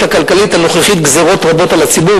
הכלכלית הנוכחי גזירות רבות על הציבור,